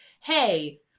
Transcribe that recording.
hey